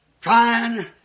Trying